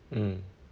mm